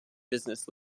business